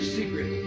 secret